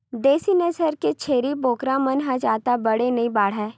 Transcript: देसी नसल के छेरी बोकरा मन ह जादा बड़े नइ बाड़हय